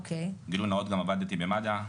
גילוי נאות גם עבדתי במד"א,